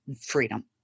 freedom